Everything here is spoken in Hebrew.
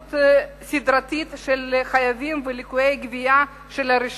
התחמקות סדרתית של חייבים וליקויי גבייה של הרשות.